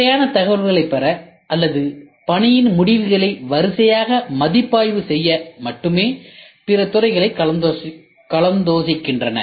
தேவையான தகவல்களைப் பெற அல்லது பணியின் முடிவுகளை வரிசையாக மதிப்பாய்வு செய்ய மட்டுமே பிற துறைகளை கலந்தாலோசிக்கின்றன